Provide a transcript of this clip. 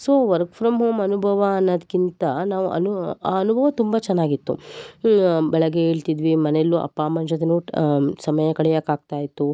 so work from home ಅನುಭವ ಅನ್ನೋದ್ಕಿಂತ ನಾವು ಅನು ಆ ಅನುಭವ ತುಂಬ ಚೆನ್ನಾಗಿತ್ತು ಬೆಳಗ್ಗೆ ಏಳ್ತಿದ್ವಿ ಮನೆಯಲ್ಲೂ ಅಪ್ಪ ಅಮ್ಮನ ಜೊತೆ ಸಮಯ ಕಳೆಯೋಕ್ ಆಗ್ತಾ ಇತ್ತು